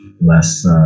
less